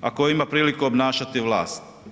ako ima priliku obnašati vlast.